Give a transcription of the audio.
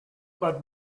but